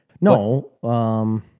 No